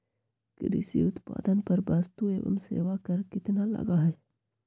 कृषि उत्पादन पर वस्तु एवं सेवा कर कितना लगा हई?